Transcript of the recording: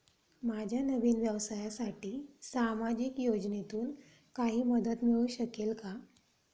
माझ्या नवीन व्यवसायासाठी सामाजिक योजनेतून काही मदत मिळू शकेल का?